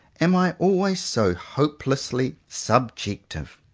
am i always so hopelessly subjective?